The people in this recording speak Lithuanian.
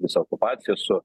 visa okupacija su